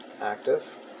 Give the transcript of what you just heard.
active